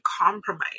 compromise